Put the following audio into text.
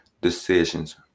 decisions